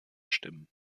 stimmen